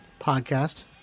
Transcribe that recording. podcast